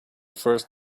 first